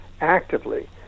actively